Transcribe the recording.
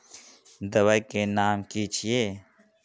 दबाई के नाम की छिए?